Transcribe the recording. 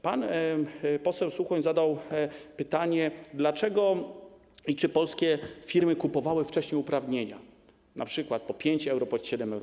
Pan poseł Suchoń zadał pytanie, dlaczego i czy polskie firmy kupowały wcześniej uprawnienia, np. po 5–7 euro.